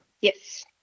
Yes